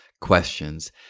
questions